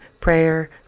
prayer